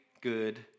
good